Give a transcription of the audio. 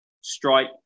strike